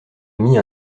émis